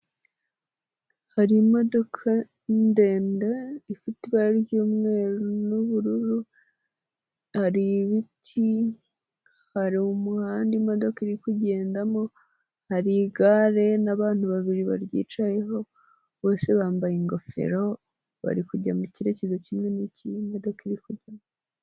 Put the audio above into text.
Hari imodoka ndende ifite ibara ry'umweru n'ubururu, hari ibiti, hari umuhanda imodoka iri kugendamo, hari igare n'abantu babiri baryicayeho bose bambaye ingofero bari kujya mu cyerekezo kimwe n'icy'imodoka iriryamo.